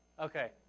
Okay